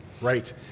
right